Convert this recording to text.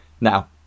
Now